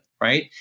right